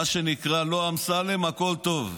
מה שנקרא: לא אמסלם, הכול טוב.